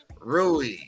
Rui